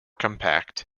compact